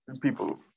People